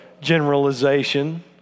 generalization